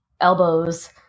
elbows